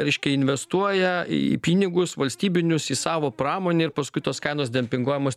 reiškia investuoja į pinigus valstybinius į savo pramonę ir paskui tos kainos dempinguojamos